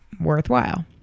worthwhile